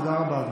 תודה רבה,